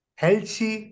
healthy